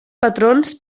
patrons